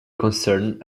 concerned